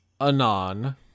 Anon